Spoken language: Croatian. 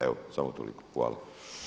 Evo samo toliko, hvala.